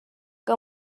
que